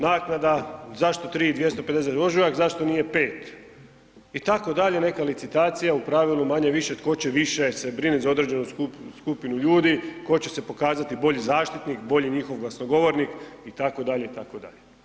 Naknada, zašto 3250 za ožujak, zašto nije 5. Itd., neka licitacija, u pravilu manje-više, tko će više se brinuti za određenu skupinu ljudi, tko će se pokazati bolji zaštitnik, bolji njihov glasnogovornik, itd., itd.